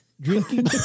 Drinking